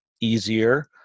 easier